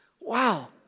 Wow